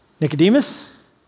Nicodemus